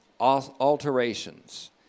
alterations